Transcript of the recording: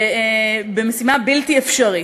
במשימה בלתי אפשרית.